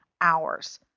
hours